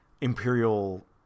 Imperial